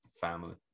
family